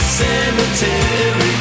cemetery